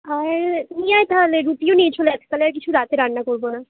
আয় নিয়ে আয় তাহলে রুটিও নিয়ে চলে আয় তাহলে আর কিছু রাতে রান্না করব না